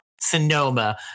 Sonoma